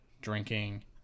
drinking